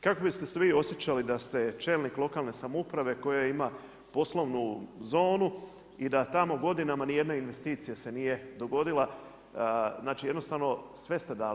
Kako biste se vi osjećali da ste čelnik lokalne samouprave koja ima poslovnu zonu i da tamo godinama ni jedna investicija se nije dogodila, znači jednostavno sve ste dali.